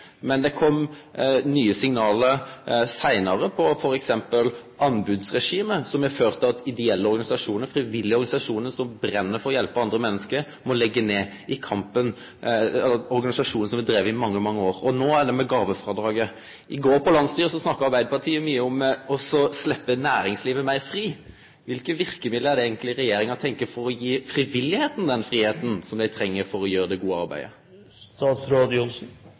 Men det kom nye signal seinare, f.eks. om anbodsregimet, som har ført til at ideelle og frivillige organisasjonar som brenn for å hjelpe andre menneske, og som har drive i mange, mange år, må leggje ned kampen. No er det gåvefrådraget. I går, på landsstyremøtet, snakka Arbeidarpartiet mykje om å sleppe næringslivet meir fritt. Kva for verkemiddel er det eigentleg regjeringa tenkjer å bruke for å gi frivilligheita den fridomen ho treng for å gjere det gode